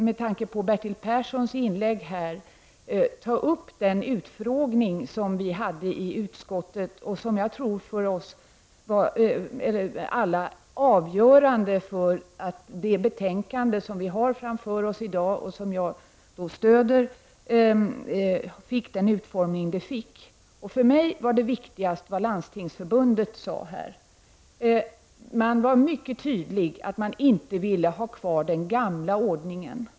Med tanke på Bertil Perssons inlägg vill jag ta upp den utfrågning som vi hade i utskottet och som jag tror för oss alla var avgörande för utformningen av det betänkande som vi har framför oss i dag och som jag stödjer. För mig var det viktigaste vad Landstingsförbundet sade. Man var mycket tydlig om att man inte ville ha kvar den gamla ordningen.